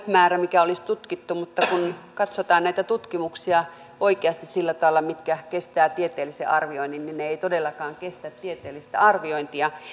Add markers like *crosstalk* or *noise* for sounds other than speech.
*unintelligible* määrä mikä olisi tutkittu mutta kun katsotaan näitä tutkimuksia oikeasti sillä tavalla mitkä kestävät tieteellisen arvioinnin niin ne eivät todellakaan kestä tieteellistä arviointia